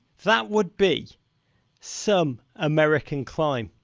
that would be some american climb.